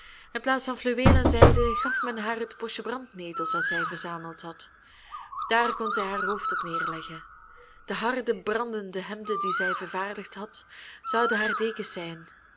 in plaats van fluweel en zijde gaf men haar het bosje brandnetels dat zij verzameld had daar kon zij haar hoofd op neerleggen de harde brandende hemden die zij vervaardigd had zouden haar dekens zijn